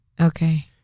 Okay